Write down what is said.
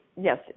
Yes